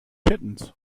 kittens